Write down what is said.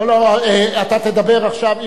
לא, אתה תדבר עכשיו.